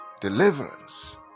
Deliverance